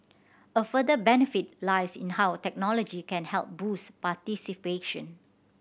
a further benefit lies in how technology can help boost participation